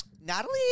Natalie